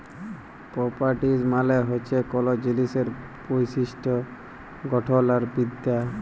properties মালে হছে কল জিলিসের বৈশিষ্ট গঠল আর বিদ্যা